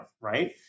right